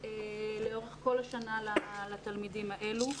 לאורך כל השנה לתלמידים האלו.